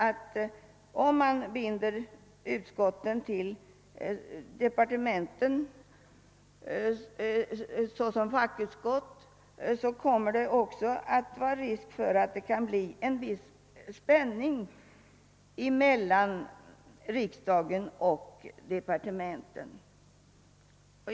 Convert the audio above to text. Som jag ser saken kommer det, om fackutskotten binds vid departementen, att uppstå risk också för en viss spänning mellan riksdagen och departementen.